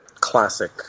classic